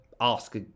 ask